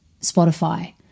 Spotify